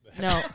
No